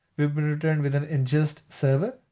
we've been returned with an ingest server,